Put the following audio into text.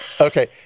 Okay